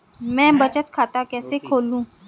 मैं बचत खाता कैसे खोलूं?